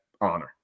honor